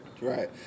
right